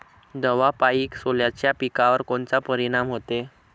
दवापायी सोल्याच्या पिकावर कोनचा परिनाम व्हते?